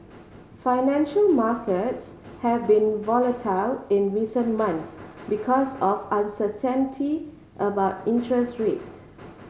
financial markets have been volatile in recent months because of uncertainty about interest rate